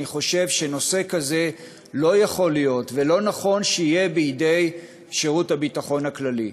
שנושא כזה לא יכול להיות ולא נכון שיהיה בידי שירות הביטחון הכללי.